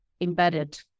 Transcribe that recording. embedded